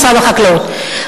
משרד החקלאות.